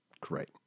Great